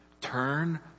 Turn